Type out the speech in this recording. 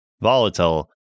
volatile